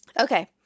Okay